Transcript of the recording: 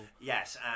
yes